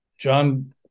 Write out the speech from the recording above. John